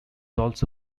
also